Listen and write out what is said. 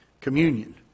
Communion